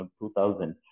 2000